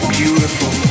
beautiful